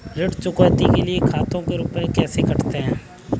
ऋण चुकौती के लिए खाते से रुपये कैसे कटते हैं?